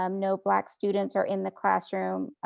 um no black students are in the classroom.